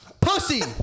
Pussy